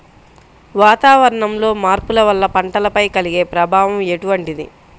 వాతావరణంలో మార్పుల వల్ల పంటలపై కలిగే ప్రభావం ఎటువంటిది?